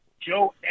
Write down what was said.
Joe